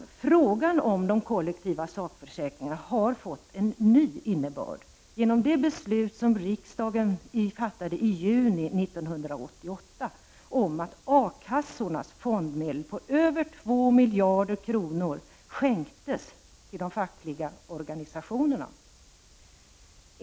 Frågan om de kollektiva sakförsäkringarna har fått en ny innebörd genom det beslut som riksdagen fattade i juni 1988 om att a-kassornas fondmedel på över 2 miljarder kronor skänktes till de fackliga organisationerna.